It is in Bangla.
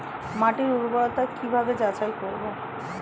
মাটির উর্বরতা কি ভাবে যাচাই করব?